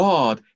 God